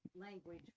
language